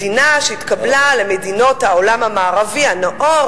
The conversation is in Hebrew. מדינה שהתקבלה למדינות העולם המערבי הנאור,